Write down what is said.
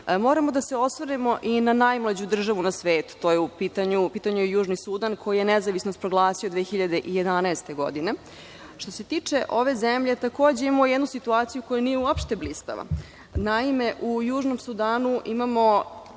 da se osvrnemo i na najmlađu državu na svetu, u pitanju je Južni Sudan, koji je nezavisnost proglasio 2011. godine. Što se tiče ove zemlje, takođe imamo jednu situaciju koja nije uopšte blistava. Naime, u Južnom Sudanu imamo